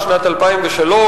בשנת 2003,